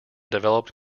developed